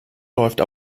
läuft